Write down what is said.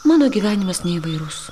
mano gyvenimas neįvairus